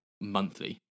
monthly